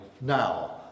now